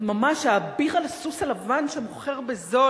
ממש האביר על הסוס הלבן שמוכר בזול.